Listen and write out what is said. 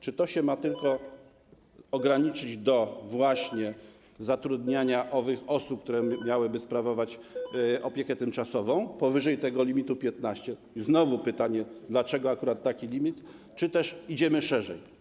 Czy to ma się tylko ograniczyć do zatrudniania osób, które miałyby sprawować opiekę tymczasową powyżej tego limitu 15 - znowu pytanie, dlaczego akurat taki limit - czy też idziemy szerzej?